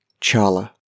Charla